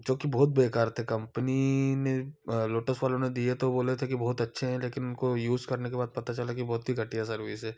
जो कि बहुत बेकार थे कम्पनी ने लोटस वालों ने दिए तो बोले थे कि बहुत अच्छे हैं लेकिन उनको यूज़ करने के बाद पता चला कि बहुत ही घटिया सर्विस है